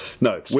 no